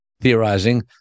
theorizing